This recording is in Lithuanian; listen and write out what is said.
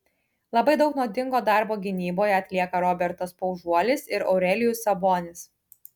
labai daug naudingo darbo gynyboje atlieka robertas paužuolis ir aurelijus sabonis